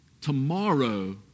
tomorrow